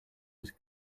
was